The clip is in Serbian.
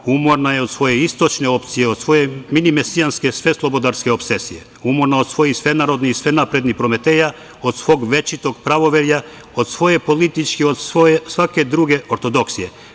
Umorna je od svoje istočne opcije, od svoje mini mesijanske sveslobodarske opsesije, umorna od svojih svenarodnih i svenaprednih prometeja od svog večitog pravoverja, od svoje politike, od svake druge ortodoksije.